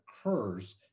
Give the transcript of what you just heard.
occurs